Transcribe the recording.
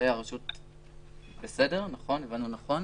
הבנו נכון?